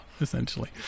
essentially